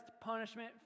punishment